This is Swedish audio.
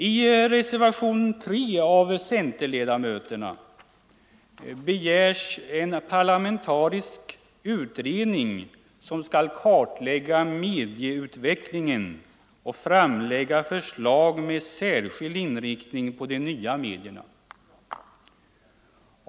I reservationen 3 av centerledamöterna begärs en parlamentarisk utredning, som skall kartlägga medieutvecklingen och framlägga förslag med särskild inriktning på de nya medierna.